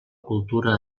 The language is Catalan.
cultura